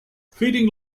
feeding